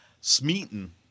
Smeaton